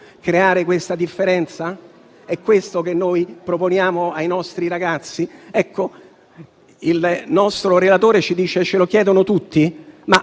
Creare una tale a differenza? È questo che noi proponiamo ai nostri ragazzi? Il nostro relatore ci dice: ce lo chiedono tutti. Io